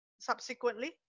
Subsequently